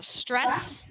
stress